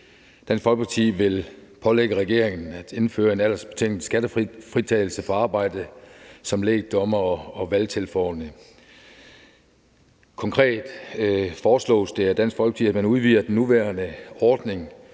Dansk Folkeparti vil pålægge regeringen at indføre en arbejdsbetinget skattefritagelse for arbejde som lægdommer og valgtilforordnet. Konkret foreslås det af Dansk Folkeparti, at man udvider den nuværende ordning